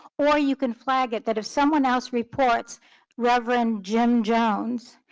or you can flag it that if someone else reports reverend jim jones,